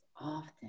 often